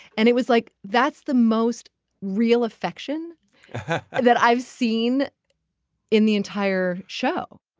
and it was like that's the most real affection that i've seen in the entire show